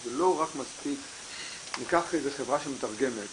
זה לא מספיק רק לקחת חברה שמתרגמת